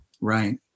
Right